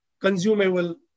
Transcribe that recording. consumable